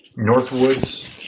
Northwoods